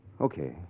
Okay